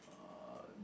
uh